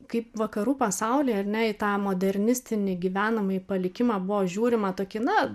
kaip vakarų pasauly ar ne į tą modernistinį gyvenamąjį palikimą buvo žiūrima tokį na